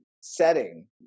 setting